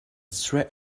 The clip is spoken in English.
straight